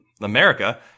America